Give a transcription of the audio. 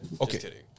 okay